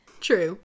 true